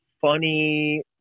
funny